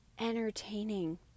entertaining